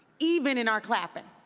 even in our clapping.